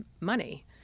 money